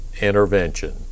intervention